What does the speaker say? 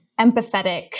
empathetic